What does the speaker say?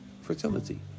fertility